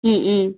ம் ம்